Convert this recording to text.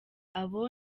abo